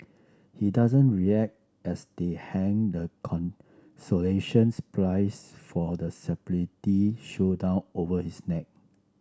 he doesn't react as they hang the consolations prize for the showdown over his neck